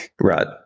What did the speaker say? Right